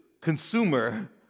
consumer